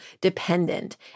dependent